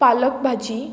पालक भाजी